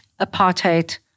apartheid